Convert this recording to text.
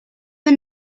the